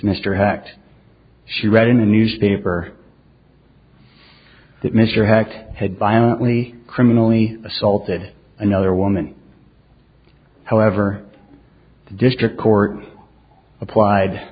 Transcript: hecht she read in the newspaper that mr hecht had violently criminally assaulted another woman however the district court applied